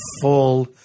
full